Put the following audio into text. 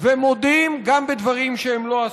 ומודים גם בדברים שהם לא עשו.